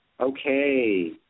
Okay